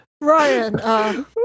Ryan